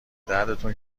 دردتون